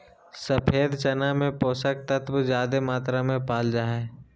सफ़ेद चना में पोषक तत्व ज्यादे मात्रा में पाल जा हइ